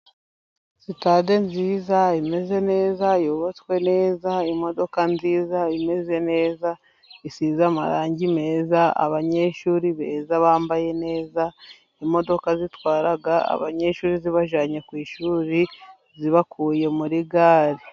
Sitade nziza imeze neza yubatswe neza, imodoka nziza imeze neza, isize amarangi meza abanyeshuri beza, bambaye neza, imodoka zitwara abanyeshuri zibajyanye ku ishuri, zibakuye muri gare.